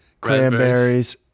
cranberries